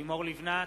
לימור לבנת,